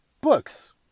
books